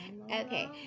Okay